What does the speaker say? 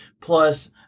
Plus